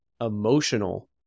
emotional